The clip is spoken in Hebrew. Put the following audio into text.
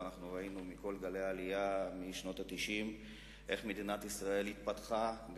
ואנחנו ראינו איך מדינת ישראל התפתחה,